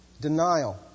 denial